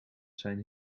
zijn